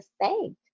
thank